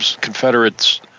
Confederates